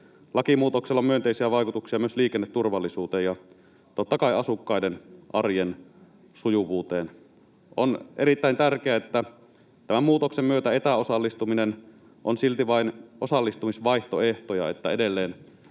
Lakimuutoksella on myönteisiä vaikutuksia myös liikenneturvallisuuteen ja totta kai asukkaiden arjen sujuvuuteen. On erittäin tärkeää, että tämän muutoksen myötä etäosallistuminen on silti vain osallistumisvaihtoehto ja että edelleen